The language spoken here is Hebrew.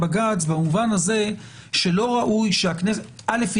בבג”ץ במובן הזה שלא ראוי שהכנסת אל"ף,